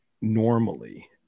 normally